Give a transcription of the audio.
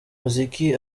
muziki